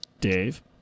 Dave